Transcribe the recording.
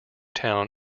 town